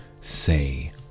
say